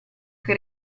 che